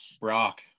Brock